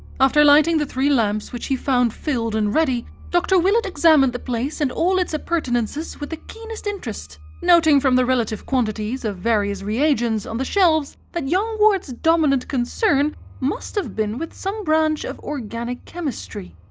after lighting the three lamps which he found filled and ready, dr. willett examined the place and all its appurtenances with the keenest interest noting from the relative quantities of various reagents on the shelves that young ward's dominant concern must have been with some branch of organic chemistry.